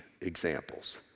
examples